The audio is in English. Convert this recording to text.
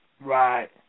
Right